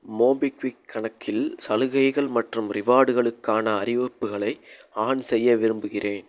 MobiKwik கணக்கில் சலுகைகள் மற்றும் ரிவார்டுகளுக்கான அறிவிப்புகளை ஆன் செய்ய விரும்புகிறேன்